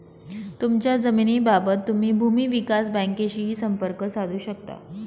तुमच्या जमिनीबाबत तुम्ही भूमी विकास बँकेशीही संपर्क साधू शकता